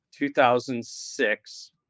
2006